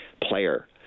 player